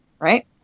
Right